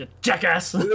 jackass